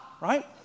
right